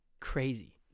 Crazy